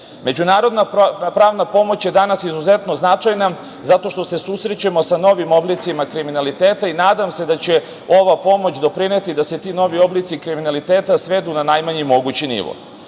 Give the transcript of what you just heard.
dela.Međunarodna pravna pomoć je danas izuzetno značajna zato što se susrećemo sa novim oblicima kriminaliteta i nadam se da će ova pomoć doprineti da se ti novi oblici kriminaliteta svedu na najmanji mogući